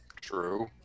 true